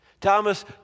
Thomas